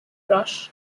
brush